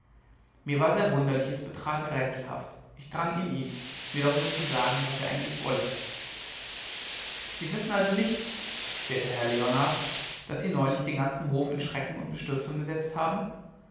mir war sein wunderliches betragen rätselhaft ich drang in ihn mir doch nur zu sagen was er eigentlich wolle sie wissen also nicht werter herr leonard daß sie neulich den ganzen hof in schrecken und bestürzung gesetzt haben